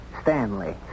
Stanley